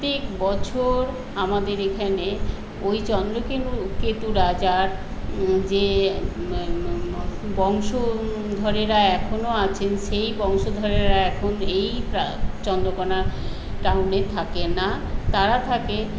প্রত্যেক বছর আমাদের এখানে ওই চন্দ্রকেনু কেতু রাজার যে বংশধরেরা এখনো আছেন সেই বংশধরেরা এখন এই চন্দ্রকোনা টাউনে থাকেন না তারা থাকে